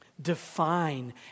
define